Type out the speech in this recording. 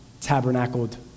tabernacled